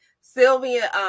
Sylvia